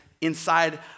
inside